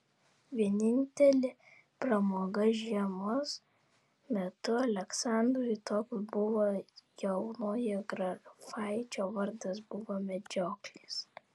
vienintelė pramoga žiemos metu aleksandrui toks buvo jaunojo grafaičio vardas buvo medžioklės